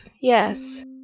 yes